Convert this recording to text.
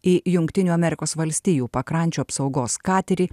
į jungtinių amerikos valstijų pakrančių apsaugos katerį